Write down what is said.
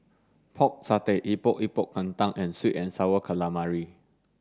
pork satay Epok Epok Kentang and sweet and sour calamari